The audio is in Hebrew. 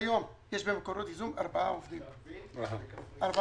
כיום יש במקורות ייזום ארבעה עובדים בלבד.